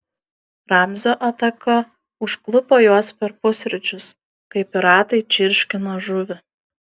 ramzio ataka užklupo juos per pusryčius kai piratai čirškino žuvį